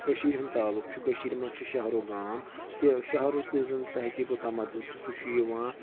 کٔشیٖر ہُنٛد تعلُق چھُ کٔشیٖر منٛز چھُ شہر و گام تہِ شہرُک یُس زَن تہذیٖب و تَمدُن چھُ سُہ چھُ یِوان